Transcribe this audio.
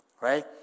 right